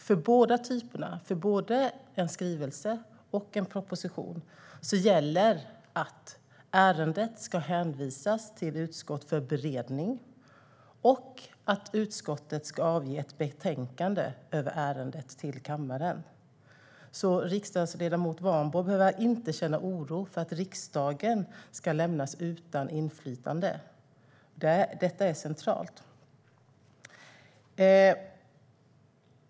För båda typerna, både en skrivelse och en proposition, gäller att ärendet ska hänvisas till utskott för beredning och att utskottet ska avge ett betänkande över ärendet till kammaren. Riksdagsledamot Warborn behöver alltså inte känna oro för att riksdagen ska lämnas utan inflytande. Detta är centralt.